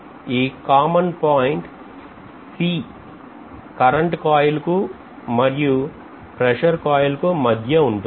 ఈ common point C current coil కు మరియు ప్రెషర్ కోయిలకు మధ్య ఉంటుంది